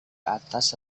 atas